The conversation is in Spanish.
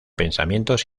pensamientos